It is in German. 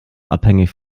abhängig